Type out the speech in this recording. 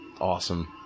Awesome